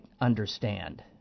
understand